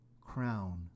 crown